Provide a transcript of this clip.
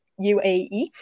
UAE